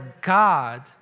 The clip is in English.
God